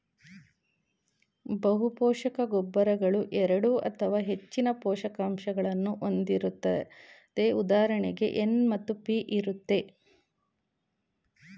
ಬಹುಪೋಷಕ ಗೊಬ್ಬರಗಳು ಎರಡು ಅಥವಾ ಹೆಚ್ಚಿನ ಪೋಷಕಾಂಶಗಳನ್ನು ಹೊಂದಿರುತ್ತದೆ ಉದಾಹರಣೆಗೆ ಎನ್ ಮತ್ತು ಪಿ ಇರುತ್ತೆ